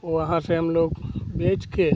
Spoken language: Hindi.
वहाँ से हम लोग बेच कर